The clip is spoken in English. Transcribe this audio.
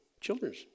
children's